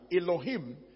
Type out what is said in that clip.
Elohim